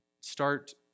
start